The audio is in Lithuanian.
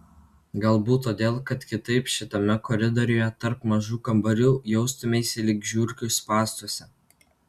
galbūt todėl kad kitaip šitame koridoriuje tarp mažų kambarių jaustumeisi lyg žiurkių spąstuose